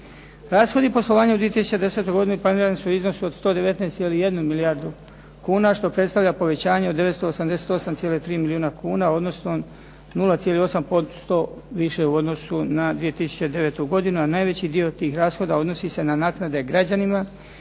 Rashodi poslovanja u 2010. godini planirani su u iznosu od 119,1 milijardu kuna što predstavlja povećanje od 988,3 milijuna kuna odnosno 0,8% više u odnosu na 2009. godinu a najveći dio tih rashoda odnosi se na naknade građanima